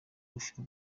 gushira